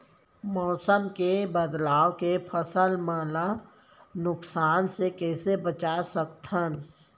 मौसम के बदलाव ले फसल मन ला नुकसान से कइसे बचा सकथन?